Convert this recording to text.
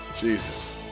Jesus